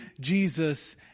Jesus